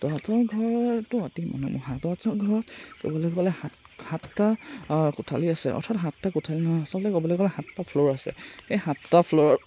তলাতল ঘৰটো অতি মনোমোহা তলাতল ঘৰত ক'বলৈ গ'লে সাত সাতটা কোঠালি আছে অৰ্থাৎ সাতটা কোঠালি নহয় আচলতে ক'বলৈ গ'লে সাতটা ফ্ল'ৰ আছে সেই সাতটা ফ্ল'ৰত